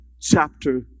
chapter